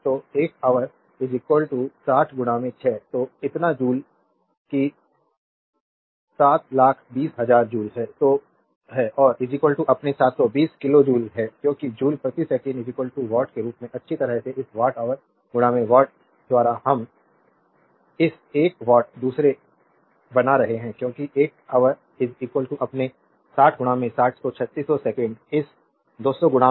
तो 1 ऑवर 60 6 तो इतना जूल कि 720000 जूल है और अपने 720 किलो जूल है क्योंकि जूल प्रति सेकंड वाट के रूप में अच्छी तरह से इस वाट ऑवर वाट दूसरा हम इस एक वाट दूसरे बना रहे है क्योंकि एक ऑवर अपने 60 60 तो 3600 सेकंड इस 200400 से गुणा